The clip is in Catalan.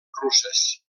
russes